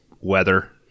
weather